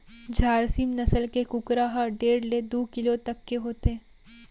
झारसीम नसल के कुकरा ह डेढ़ ले दू किलो तक के होथे